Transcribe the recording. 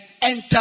enter